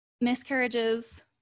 miscarriages